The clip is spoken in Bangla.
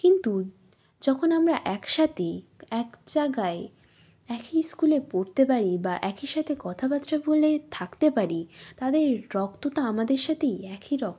কিন্তু যখন আমরা একসাথে এক জায়গায় একই স্কুলে পড়তে পারি বা একই সাথে কথাবার্তা বলে থাকতে পারি তাদের রক্তটা আমাদের সাথেই একই রক্ত